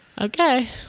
Okay